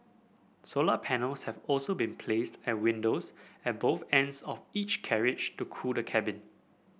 solar panels have also been placed at windows at both ends of each carriage to cool the cabin